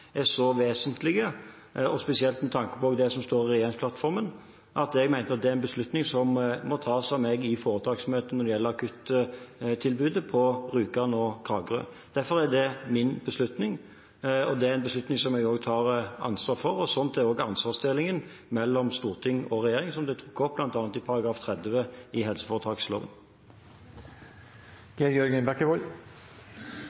så vesentlige, spesielt med tanke på det som står i regjeringsplattformen, at det var en beslutning som måtte tas av meg i foretaksmøte, når det gjelder akuttilbudet på Rjukan og i Kragerø. Derfor er det min beslutning, og det er en beslutning som jeg tar ansvar for – sånn er også ansvarsdelingen mellom storting og regjering – som det er trukket opp bl.a. i § 30 i helseforetaksloven.